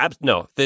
no